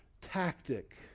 tactic